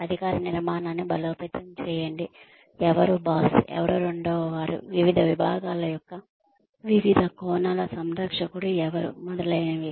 అధికార నిర్మాణాన్ని బలోపేతం చేయండి ఎవరు బాస్ ఎవరు రెండవవారు వివిధ విభాగాల యొక్క వివిధ కోణాల సంరక్షకుడు ఎవరు మొదలైనవి